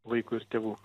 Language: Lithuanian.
vaiko ir tėvų